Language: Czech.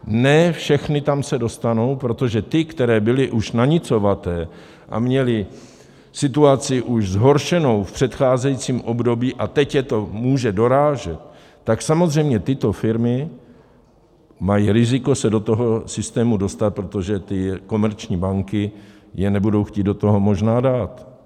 Ne všechny tam se dostanou, protože ty, které byly už nanicovaté a měly situaci už zhoršenou v předcházejícím období, a teď je to může dorážet, tak samozřejmě tyto firmy mají riziko se do toho systému dostat, protože ty komerční banky je nebudou chtít do toho možná dát.